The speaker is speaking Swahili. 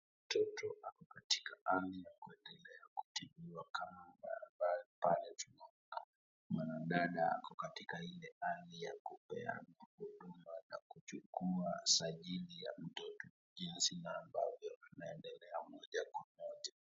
Mtoto ako katika hali ya kuendelea kutibiwa kama ambaye pale tunaona mwanadada ako katika ile hali ya kupea huduma ya kuchukua sajili ya mtoto jinsi ambavyo inaendelea moja kwa moja.